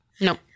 No